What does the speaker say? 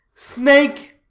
snake!